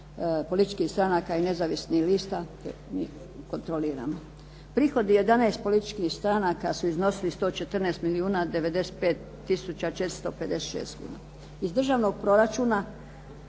političkih stranaka i nezavisnih lista koje mi kontroliramo. Prihodi 11 političkih stranaka su iznosili 114 milijuna 95 tisuća 456 kuna. Iz državnog proračuna